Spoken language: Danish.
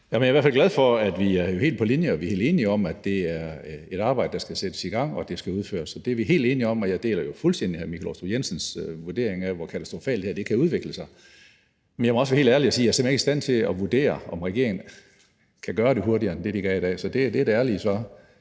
Jeg er i hvert fald glad for, at vi er helt på linje og helt enige om, at det er et arbejde, der skal sættes i gang, og at det skal udføres. Så det er vi helt enige om, og jeg deler jo fuldstændig hr. Michael Aastrup Jensens vurdering af, hvor katastrofalt det her kan udvikle sig. Men jeg må også være helt ærlig og sige, at jeg simpelt hen ikke er i stand til at vurdere, om regeringen kan gøre det hurtigere, end de gør i dag. Så det er det ærlige svar.